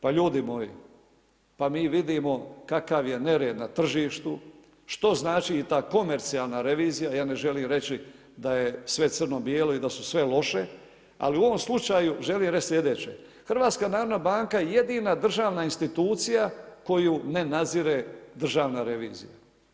Pa ljudi moji, pa mi vidimo kakav je nered na tržištu, što znači i da komercijalna revizija, ja ne želim reći da je sve crno-bijelo i da su sve loše, ali u ovom slučaju želim reći sljedeće, Hrvatska narodna banka je jedina državna institucija koju ne nadzire državna revizija.